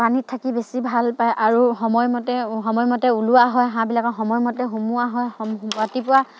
পানীত থাকি বেছি ভালপায় আৰু সময় মতে সময় মতে ওলোৱা হয় হাঁহবিলাকৰ সময় মতে সোমোৱা হয় ৰাতিপুৱা